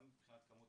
גם מבחינת כמות